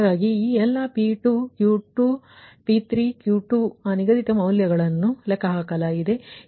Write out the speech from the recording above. ಆದ್ದರಿಂದ ಈ ಎಲ್ಲಾ P2 Q2 P3 Q2 ಆ ನಿಗದಿತ ಮೌಲ್ಯವನ್ನು ಲೆಕ್ಕಹಾಕಲಾಗಿದೆ